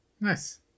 Nice